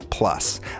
Plus